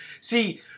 see